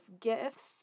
gifts